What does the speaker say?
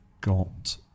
got